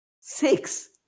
Six